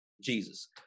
Jesus